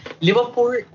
Liverpool